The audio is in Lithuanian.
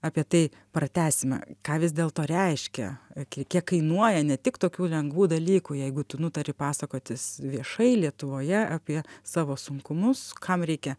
apie tai pratęsime ką vis dėlto reiškia kie kiek kainuoja ne tik tokių lengvų dalykų jeigu tu nutari pasakotis viešai lietuvoje apie savo sunkumus kam reikia